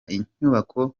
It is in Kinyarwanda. inyubako